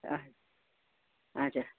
हजुर